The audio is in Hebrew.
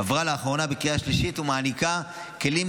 עברה לאחרונה בקריאה שלישית ומעניקה כלים